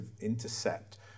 intercept